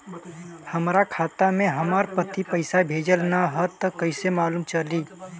हमरा खाता में हमर पति पइसा भेजल न ह त कइसे मालूम चलि?